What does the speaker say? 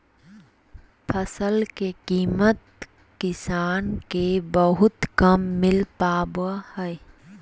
फसल के कीमत किसान के बहुत कम मिल पावा हइ